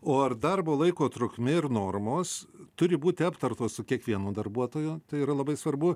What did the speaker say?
o ar darbo laiko trukmė ir normos turi būti aptartos su kiekvienu darbuotoju tai yra labai svarbu